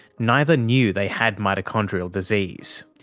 neither knew they had mitochondrial disease.